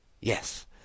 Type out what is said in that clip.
Yes